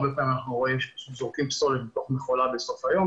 הרבה פעמים אנחנו רואים שפשוט זורקים פסולת בתוך מכולה בסוף היום,